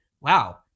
wow